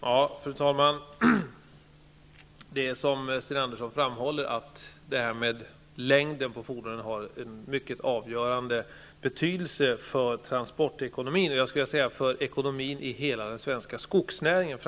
Fru talman! Som Sten Andersson i Malmö framhöll har längden på fordonen en mycket avgörande betydelse för transportekonomin och framför för ekonomin i hela den svenska skogsnäringen.